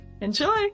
Enjoy